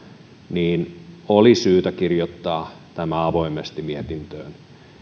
niin oli syytä kirjoittaa tämä avoimesti mietintöön